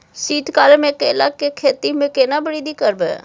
शीत काल मे केला के खेती में केना वृद्धि करबै?